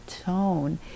tone